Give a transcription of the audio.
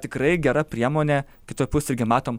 tikrai gera priemonė kitoj pus irgi matom